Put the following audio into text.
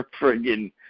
Friggin